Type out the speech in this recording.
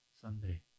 Sunday